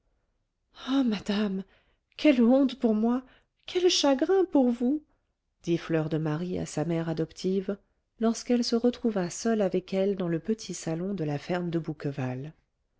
ah madame quelle honte pour moi quel chagrin pour vous dit fleur de marie à sa mère adoptive lorsqu'elle se retrouva seule avec elle dans le petit salon de la ferme de bouqueval